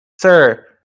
sir